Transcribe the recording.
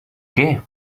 què